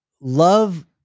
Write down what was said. love